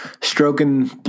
stroking